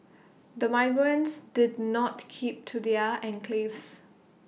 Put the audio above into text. the migrants did not keep to their enclaves